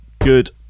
good